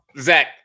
Zach